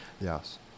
Yes